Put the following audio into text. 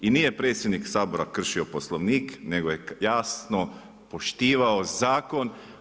I nije predsjednik Sabora kršio Poslovnik, nego je jasno poštivao zakon.